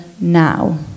now